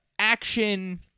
action